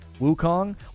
Wukong